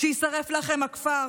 "שיישרף לכם הכפר",